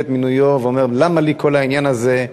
את מינויו ואומר: למה לי כל העניין הזה.